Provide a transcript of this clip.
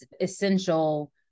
essential